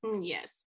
yes